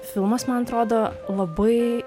filmas man atrodo labai